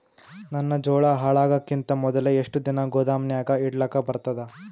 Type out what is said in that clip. ನನ್ನ ಜೋಳಾ ಹಾಳಾಗದಕ್ಕಿಂತ ಮೊದಲೇ ಎಷ್ಟು ದಿನ ಗೊದಾಮನ್ಯಾಗ ಇಡಲಕ ಬರ್ತಾದ?